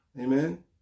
Amen